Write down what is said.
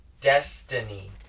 Destiny